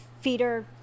feeder